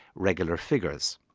regular figures,